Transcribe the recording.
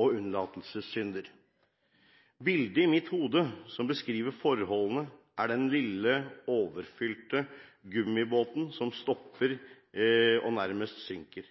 og unnlatelsessynder. Bildet i mitt hode som beskriver forholdene, er den lille, overfylte gummibåten som stopper og nærmest synker.